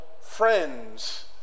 friends